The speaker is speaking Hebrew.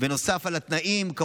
נוסף על התנאים הכלליים.